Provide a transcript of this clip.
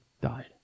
died